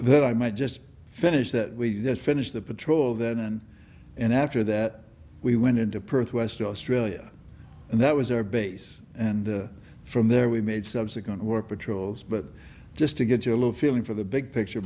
then i might just finish that we just finished the patrol then and then after that we went into perth western australia and that was our base and from there we made subsequent work patrols but just to get your low feeling for the big picture